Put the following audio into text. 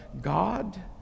God